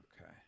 okay